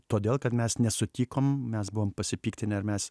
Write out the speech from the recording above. todėl kad mes nesutikom mes buvom pasipiktinę ar mes